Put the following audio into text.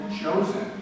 chosen